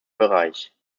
bereich